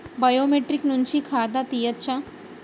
Biometric నుంచి ఖాతా తీయచ్చా?